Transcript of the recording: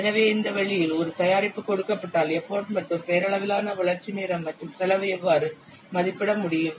எனவே இந்த வழியில் ஒரு தயாரிப்பு கொடுக்கப்பட்டால் எப்போட் மற்றும் பெயரளவிலான வளர்ச்சி நேரம் மற்றும் செலவை எவ்வாறு மதிப்பிட முடியும்